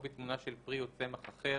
או בתמונה של פרי או צמח אחר,